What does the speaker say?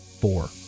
four